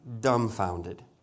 dumbfounded